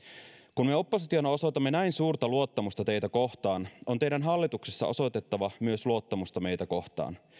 kun me oppositiona osoitamme näin suurta luottamusta teitä kohtaan on teidän hallituksessa osoitettava myös luottamusta meitä kohtaan